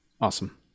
awesome